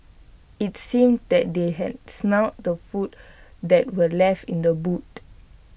IT seemed that they had smelt the food that were left in the boot